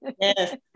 Yes